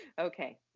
Okay